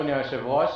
אדוני היושב-ראש,